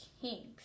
Kings